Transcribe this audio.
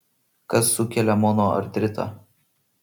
kas sukelia monoartritą